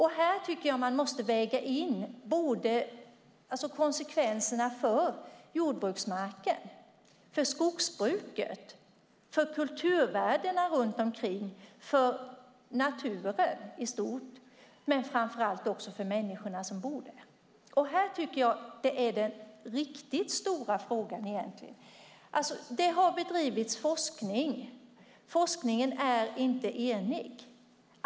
Här tycker jag att man måste väga in konsekvenserna för jordbruksmarken, för skogsbruket, för kulturvärdena runt omkring och för naturen i stort, men framför allt för människorna som bor där. Det tycker jag egentligen är den riktigt stora frågan. Det har bedrivits forskning. Forskningen är inte enig.